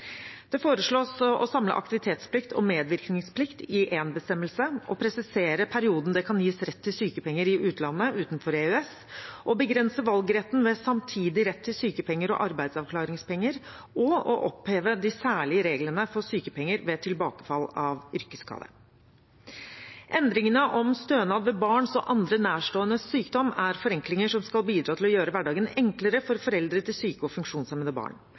Det foreslås å samle aktivitetsplikt og medvirkningsplikt i én bestemmelse og presisere perioden det kan gis rett til sykepenger i utlandet utenfor EØS, å begrense valgretten ved samtidig rett til sykepenger og arbeidsavklaringspenger og å oppheve de særlige reglene for sykepenger ved tilbakefall av yrkesskade. Endringene om stønad ved barns og andre nærståendes sykdom er forenklinger som skal bidra til å gjøre hverdagen enklere for foreldre til syke og funksjonshemmede barn.